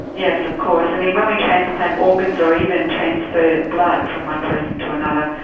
yes, of course. i mean, when we transplant organs or even transfer blood from one person to another,